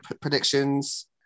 predictions